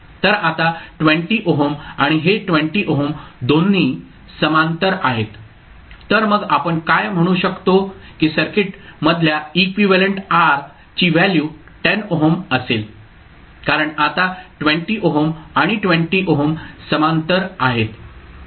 तर आता 20 ओहम आणि हे 20 ओहम दोन्ही समांतर आहेत तर मग आपण काय म्हणू शकतो की सर्किट मधल्या इक्विव्हॅलेंट R ची व्हॅल्यू 10 ओहम असेल कारण आता 20 ओहम आणि 20 ओहम समांतर आहेत